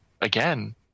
Again